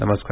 नमस्कार